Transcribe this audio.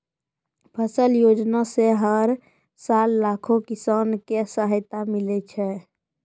फसल योजना सॅ हर साल लाखों किसान कॅ सहायता मिलै छै